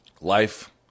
Life